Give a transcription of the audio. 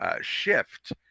shift